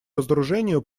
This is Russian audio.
разоружению